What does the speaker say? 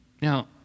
Now